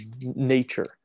nature